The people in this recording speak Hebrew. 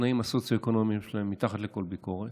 שהתנאים הסוציו-אקונומיים שלהם מתחת לכל ביקורת,